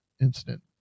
incident